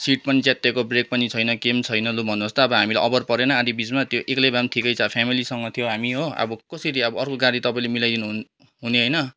seat पनि च्यात्तिएको break पनि छैन केही पनि छैन लु भन्नुहोस् त अब हामीलाई अभर परेन आधी बिचमा त्यो एक्लै भए पनि ठिकै छ त्यो फ्यामिलीसँग थियौँ हामी हो अब कसरी अब अर्को गाडी तपाईँले मिलाई दिनुहुने होइन